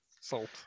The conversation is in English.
Salt